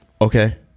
okay